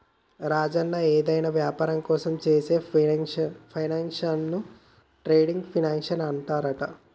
రాజన్న ఏదైనా వ్యాపారం కోసం చేసే ఫైనాన్సింగ్ ను ట్రేడ్ ఫైనాన్సింగ్ అంటారంట